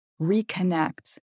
reconnect